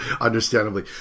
understandably